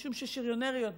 משום ששריונריות בביסל"ש,